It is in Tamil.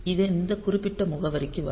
இது இந்த குறிப்பிட்ட முகவரிக்கு வரும்